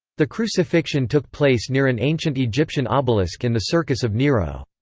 the crucifixion took place near an ancient egyptian obelisk in the circus of nero.